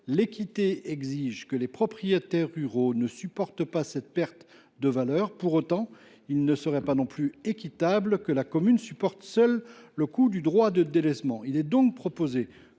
L’équité exige que les propriétaires ruraux ne supportent pas cette perte de valeur. Pour autant, il ne serait pas plus équitable que la commune supporte seule le coût du droit de délaissement. Il est donc proposé